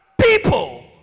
people